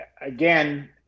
again